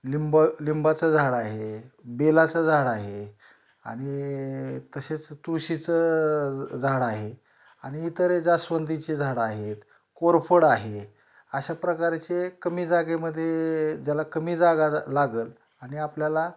लिंब लिंबाचं झाड आहे बेलाचं झाड आहे आणि तसेच तुळशीचं झाड आहे आणि इतरही जास्वंदीची झाडं आहेत कोरफड आहे अशा प्रकारचे कमी जागेमध्ये ज्याला कमी जागा जा लागेल आणि आपल्याला